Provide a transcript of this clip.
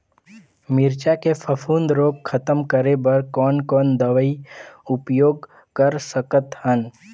मिरचा के फफूंद रोग खतम करे बर कौन कौन दवई उपयोग कर सकत हन?